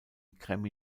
grammy